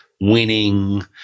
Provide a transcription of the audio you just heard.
winning